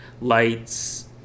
lights